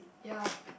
ya